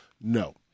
No